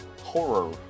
Horror